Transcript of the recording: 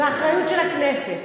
זו אחריות של הכנסת.